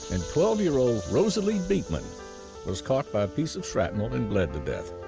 and twelve year old rosalie beekman was caught by a piece of shrapnel and bled to death.